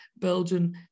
Belgian